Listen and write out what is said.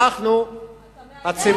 אתה מאיים?